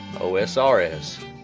O-S-R-S